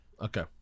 Okay